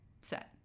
set